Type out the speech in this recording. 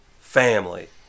family